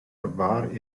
war